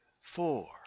four